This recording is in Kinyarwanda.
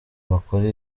bakora